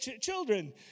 Children